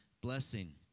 blessing